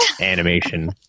animation